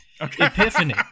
Epiphany